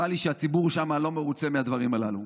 ונראה לי שהציבור שם לא מרוצה מהדברים הללו.